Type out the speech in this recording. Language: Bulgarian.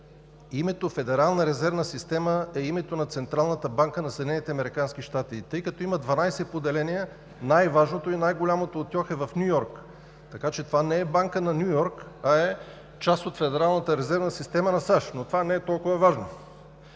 Името „Федерална резервна система“ е името на Централната банка на Съединените американски щати. И тъй като има 12 поделения, най-важното и най-голямото от тях е в Ню Йорк. Така че това не е банка на Ню Йорк, а е част от федералната резервна система на САЩ. Но това не е толкова важно.